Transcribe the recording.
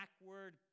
backward